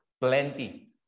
plenty